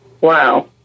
Wow